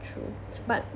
true but